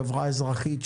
חברה אזרחית,